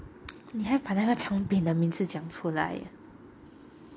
你还把那个产品的名字讲出来